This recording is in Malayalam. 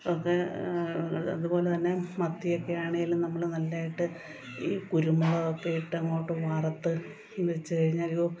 ഒക്കെ അതുപോലെതന്നെ മാത്തിയൊക്കെയാണെങ്കിലും നമ്മൾ നല്ലതായിട്ട് ഈ കുരുമുളകൊക്കെ ഇട്ടങ്ങോട്ട് വറുത്തു വെച്ചു കഴിഞ്ഞാൽ ഉയ്യൊ